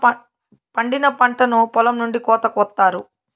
పండిన పంటను పొలం నుండి కోత కొత్తారు